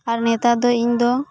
ᱟᱨ ᱱᱮᱛᱟᱨ ᱫᱚ ᱤᱧ ᱫᱚ